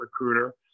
recruiter